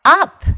up 。